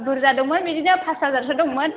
बुरजा दंमोन बिदिनो फास हाजारसो दंमोन